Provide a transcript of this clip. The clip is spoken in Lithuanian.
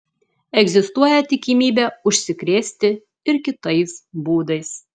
egzistuoja tikimybė užsikrėsti ir kitais būdais